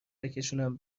بکشونم